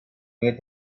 made